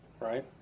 Right